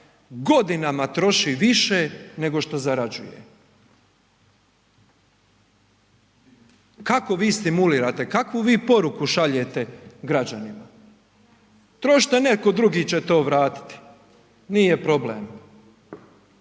godinama troši više nego što zarađuje, kako vi stimulirate, kakvu vi poruku šaljete građanima? Trošite, netko drugi će to vratiti, nije problem.